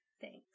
Thanks